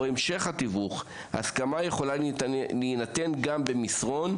או המשך התיווך ההסכמה יכולה להינתן גם במסרון,